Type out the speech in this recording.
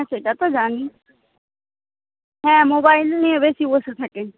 হ্যাঁ সেটা তো জানি হ্যাঁ মোবাইল নিয়ে বেশি বসে থাকে